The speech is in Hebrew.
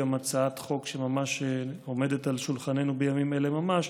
יש גם הצעת חוק שממש עומדת על שולחננו בימים אלה ממש,